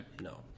No